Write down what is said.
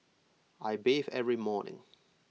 I bathe every morning